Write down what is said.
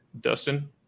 Dustin